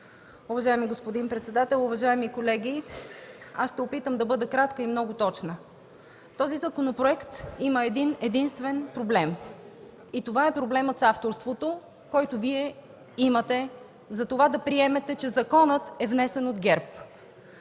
Уважаеми господин председател, уважаеми колеги! Ще се опитам да бъда кратка и много точна. Този законопроект има един-единствен проблем. Това е проблемът с авторството, който Вие имате за това да приемете, че законът е внесен от ГЕРБ.